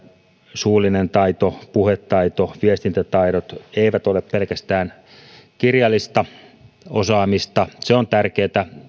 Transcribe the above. suullinen taito puhetaito viestintätaidot eivät ole pelkästään kirjallista osaamista se on tärkeätä